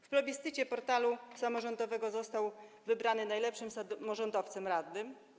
W plebiscycie portalu samorządowego został wybrany najlepszym samorządowcem, radnym.